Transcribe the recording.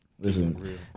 Listen